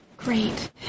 Great